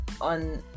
On